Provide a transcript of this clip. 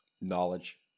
Knowledge